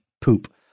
poop